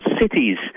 cities